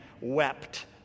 wept